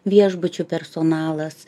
viešbučių personalas